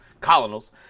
colonels –